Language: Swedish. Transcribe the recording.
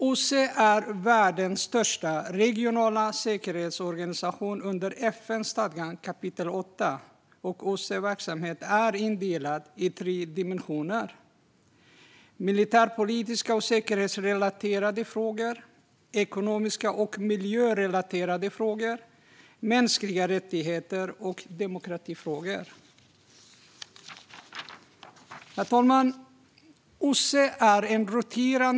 OSSE är världens största regionala säkerhetsorganisation under FN-stadgans kapitel VIII. OSSE:s verksamhet är indelad i tre dimensioner: militärpolitiska och säkerhetsrelaterade frågor, ekonomiska och miljörelaterade frågor samt frågor om demokrati och mänskliga rättigheter. Herr talman!